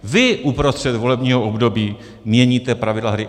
Vy uprostřed volebního období měníte pravidla hry.